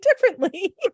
differently